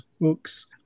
Books